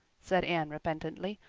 said anne repentantly.